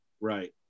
Right